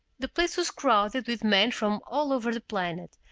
the place was crowded with men from all over the planet,